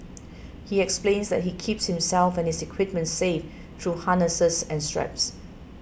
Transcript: he explains that he keeps himself and his equipment safe through harnesses and straps